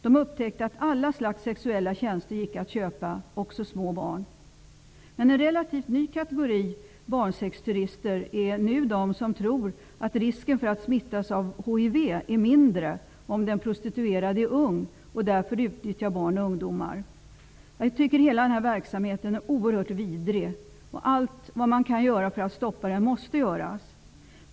De upptäckte att alla slags sexuella tjänster gick att köpa, också från små barn. Men en relativt ny kategori barnsexturister är de som nu tror att risken för att smittas av hiv är mindre om den prostituerade är ung och därför utnyttjar barn och ungdomar. Jag tycker hela denna verksamhet är oerhört vidrig. Allt vad man kan göra för att stoppa den måste göras.